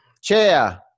chair